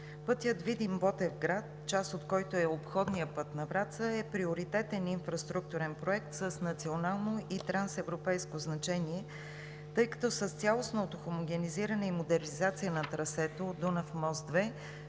Пътят Видин – Ботевград, част от който е и обходният път на Враца, е приоритетен инфраструктурен проект с национално и трансевропейско значение, тъй като с цялостното хомогенизиране и модернизация на трасето от Дунав мост 2 ще